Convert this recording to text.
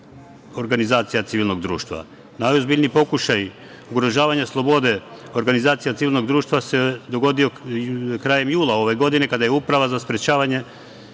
organizacija civilnog društva. Najozbiljniji pokušaj ugrožavanja slobode Organizacija civilnog društva se dogodio krajem jula ove godine kada je Uprava za sprečavanje